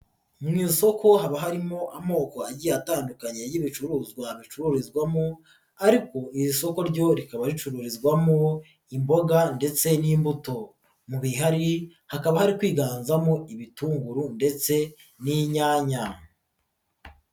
Mu isoko haba harimo amoko agiye atandukanye y'ibicuruzwa bicururizwamo ariko iri soko ryo rikaba ricururizwamo imboga ndetse n'imbuto, mu bihari hakaba hari kwiganzamo ibitunguru ndetse n'inyanya.